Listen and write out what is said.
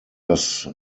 das